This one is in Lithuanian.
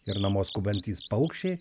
ir namo skubantys paukščiai